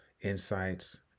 insights